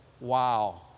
Wow